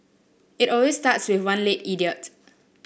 it always starts with one late idiot